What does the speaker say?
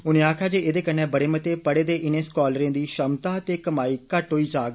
उनें आक्खेआ जे एह्दे कन्नै बड़े मते पढ़े दे इनें सकालरें दी क्षमता ते कमाई घट्ट होई जाग